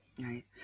Right